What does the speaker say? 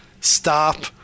stop